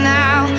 now